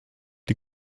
die